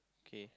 okay